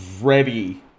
ready